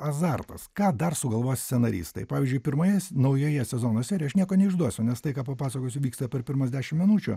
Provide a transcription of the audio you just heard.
azartas ką dar sugalvos scenaristai pavyzdžiui pirmoje naujoje sezono serijoje aš nieko neišduosiu nes tai ką papasakosiu vyksta per pirmas dešimt minučių